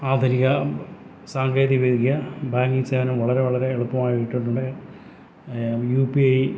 ആധുനിക സാങ്കേതിവിദ്യ ബാങ്കിംഗ് സേവനം വളരെ വളരെ എളുപ്പമായിട്ടുണ്ട് യു പി ഐ